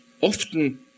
often